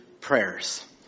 prayers